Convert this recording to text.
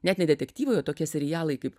net ne detektyvai o tokie serialai kaip